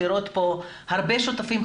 לראות כאן הרבה שותפים,